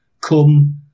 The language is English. come